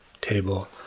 table